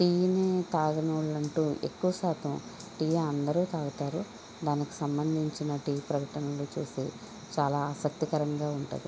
టీని తాగని వాళ్ళంటూ ఎక్కువ శాతం టీ అందరూ తాగుతారు దానికి సంబంధించిన టీ ప్రకటనలను చూసి చాలా ఆసక్తికరంగా ఉంటాయి